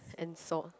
and salt